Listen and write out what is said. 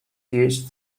used